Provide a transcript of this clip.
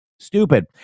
stupid